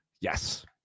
Yes